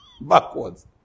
backwards